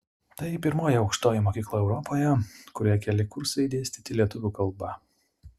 tai pirmoji aukštoji mokykla europoje kurioje keli kursai dėstyti lietuvių kalba